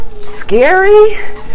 scary